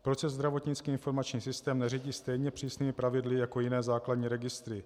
Proč se zdravotnický informační systém neřídí stejně přísnými pravidly jako jiné základní registry?